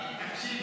לא, תקשיב.